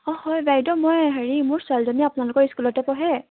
অঁ হয় বাইদেউ মই হেৰি মোৰ ছোৱালীজনী আপোনালোকৰ স্কুলতে পঢ়ে